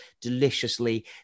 deliciously